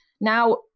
Now